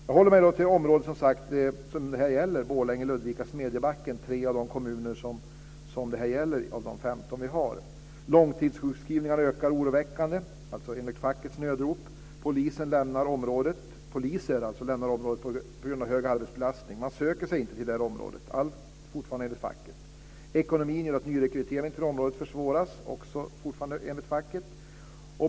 Jag håller mig till det område - Borlänge, Ludvika och Smedjebacken - som det gäller, tre av de kommuner av de 15 vi har. Långtidssjukskrivningarna ökar oroväckande enligt fackets nödrop. Poliser lämnar området på grund av hög arbetsbelastning. Man söker sig inte till området, allt enligt facket. Ekonomin gör att nyrekrytering till området försvåras, också fortfarande enligt facket.